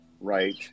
right